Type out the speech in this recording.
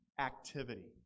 Activity